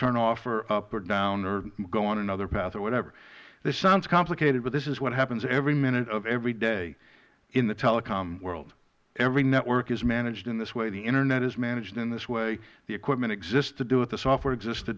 turn off or up or down or go on another path or whatever this sounds complicated but this is what happens every minute of every day in the telecom world every network is managed in this way the internet is managed in this way the equipment exists to do it the software exists to